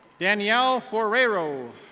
danielle forayro.